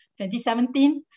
2017